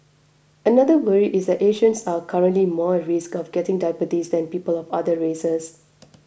another worry is that Asians are currently more at risk of getting diabetes than people of other races